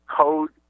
code